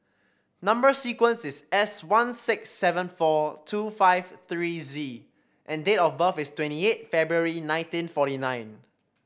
number sequence is S one six seven four two five three Z and date of birth is twenty eight February nineteen forty nine